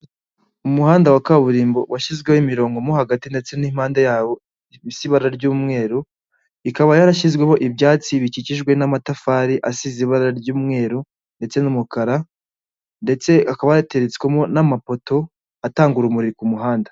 Umuhanda wa kaburimbo washyizweho imirongo mo hagati ndetse n'impande yawo isa ibara ry'umweru, ikaba yarashyizweho ibyatsi bikikijwe n'amatafari asize ibara ry'umweru ndetse n'umukara ndetse akaba yateretswemo n'amapoto atanga urumuri ku muhanda.